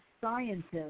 scientists